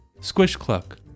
squish-cluck